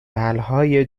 حلهای